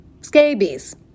scabies